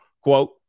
Quote